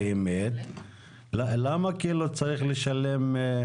למה צריך לשלם?